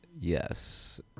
Yes